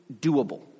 doable